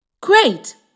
Great